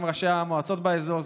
גם ראשי המועצות באזור,